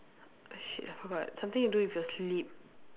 shit I forgot something to do with your sleep